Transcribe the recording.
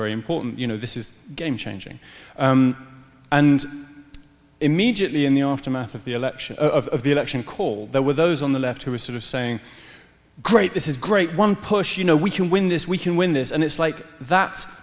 very important you know this is game changing and immediately in the aftermath of the election of the election call there were those on the left who were sort of saying great this is great one push you know we can win this we can win this and it's like that's